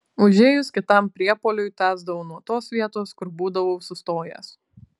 užėjus kitam priepuoliui tęsdavau nuo tos vietos kur būdavau sustojęs